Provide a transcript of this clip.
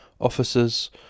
officers